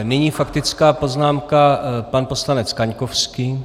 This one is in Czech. Nyní faktická poznámka pan poslanec Kaňkovský.